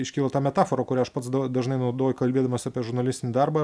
iškyla ta metafora kurią aš pats da dažnai naudoju kalbėdamas apie žurnalistinį darbą